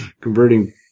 converting